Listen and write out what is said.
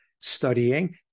studying